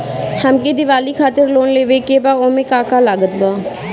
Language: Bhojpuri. हमके दिवाली खातिर लोन लेवे के बा ओमे का का लागत बा?